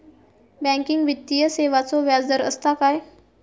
Banking वित्तीय सेवाचो व्याजदर असता काय?